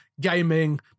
gaming